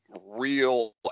real